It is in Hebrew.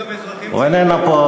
הוא איננו פה,